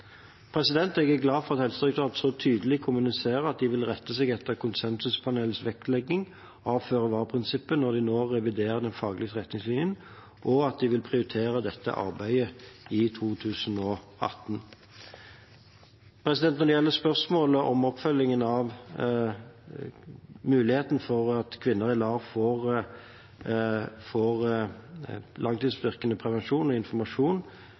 Jeg er glad for at Helsedirektoratet så tydelig kommuniserer at de vil rette seg etter konsensuspanelets vektlegging av føre-var-prinsippet når de nå reviderer den faglige retningslinjen, og at de vil prioritere dette arbeidet i 2018. Når det gjelder spørsmålet om oppfølgingen av muligheten for at kvinner i LAR får langtidsvirkende prevensjon og informasjon,